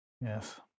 Yes